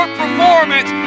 performance